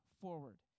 forward